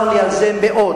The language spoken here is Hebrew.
צר לי על זה מאוד.